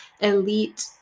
elite